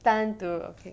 单独 okay